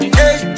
hey